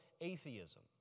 atheism